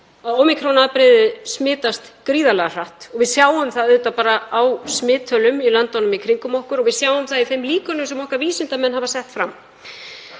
að ómíkron-afbrigðið smitast gríðarlega hratt. Við sjáum það bara á smittölum í löndunum í kringum okkur og við sjáum það í þeim líkönum sem vísindamenn okkar hafa sett fram.